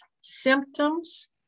symptoms